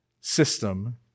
system